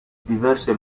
diverse